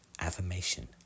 Affirmation